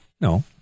No